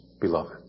beloved